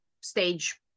stage